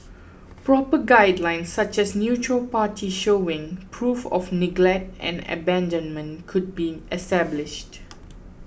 proper guidelines such as the neutral party showing proof of neglect or abandonment could be established